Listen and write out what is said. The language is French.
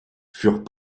furent